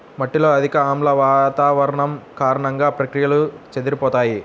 మట్టిలో అధిక ఆమ్ల వాతావరణం కారణంగా, ప్రక్రియలు చెదిరిపోతాయి